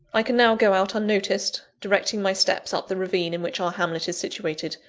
i can now go out unnoticed, directing my steps up the ravine in which our hamlet is situated,